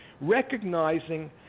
recognizing